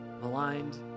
maligned